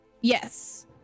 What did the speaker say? yes